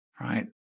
right